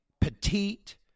petite